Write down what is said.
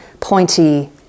pointy